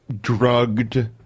drugged